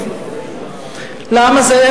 למה זה?